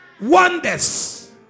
Wonders